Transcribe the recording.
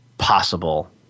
possible